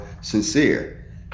sincere